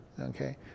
Okay